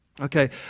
Okay